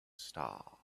star